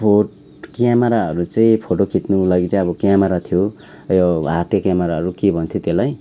photo क्यामराहरू चाहिँ photo खिच्नुको लागि चाहिँ अब क्यामारा थियो यो हाते क्यामराहरू के भन्थ्यो त्यसलाई